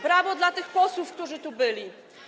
Brawo dla tych posłów, którzy tu byli.